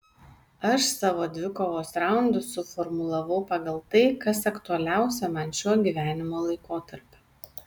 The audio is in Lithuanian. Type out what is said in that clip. aš savo dvikovos raundus suformulavau pagal tai kas aktualiausia man šiuo gyvenimo laikotarpiu